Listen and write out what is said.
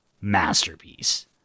masterpiece